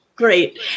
great